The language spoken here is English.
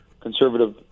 conservative